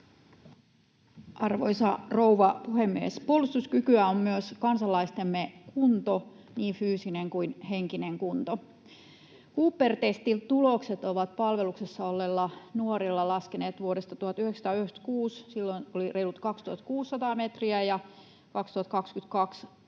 Arvoisa rouva puhemies! Puolustuskykyä on myös kansalaistemme kunto, niin fyysinen kuin henkinen kunto. Cooper-testin tulokset ovat palveluksessa olleilla nuorilla laskeneet vuodesta 1996: silloin oli reilut 2 600 metriä ja 2022 enää